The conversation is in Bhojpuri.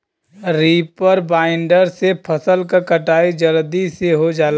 रीपर बाइंडर से फसल क कटाई जलदी से हो जाला